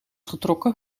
getrokken